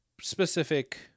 specific